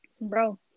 bro